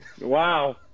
wow